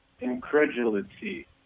incredulity